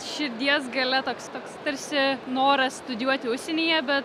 širdies gale toks toks tarsi noras studijuoti užsienyje bet